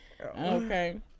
okay